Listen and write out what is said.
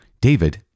David